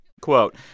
Quote